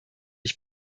ich